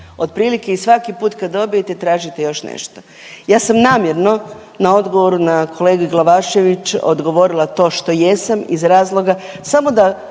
otprilike i svaki put kad dobijete, tražite još nešto. Ja sam namjerno na odgovor na kolegi Glavašević odgovorila to što jesam iz razloga samo da,